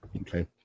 Okay